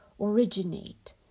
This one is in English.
originate